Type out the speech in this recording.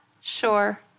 sure